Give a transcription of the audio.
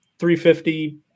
350